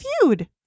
feud